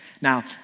Now